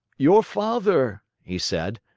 your father, he said,